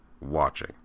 watching